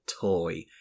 toy